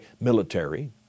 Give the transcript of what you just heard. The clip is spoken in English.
military